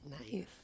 Nice